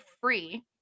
free